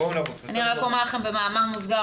רק אומר לכם במאמר מוסגר,